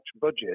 budget